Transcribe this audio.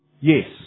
Yes